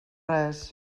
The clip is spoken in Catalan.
res